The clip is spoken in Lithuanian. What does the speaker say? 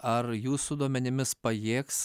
ar jūsų duomenimis pajėgs